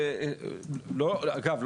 אגב,